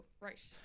right